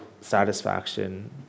satisfaction